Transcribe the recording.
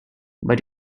but